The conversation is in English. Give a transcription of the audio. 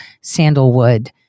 sandalwood